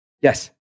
yes